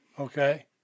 Okay